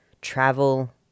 Travel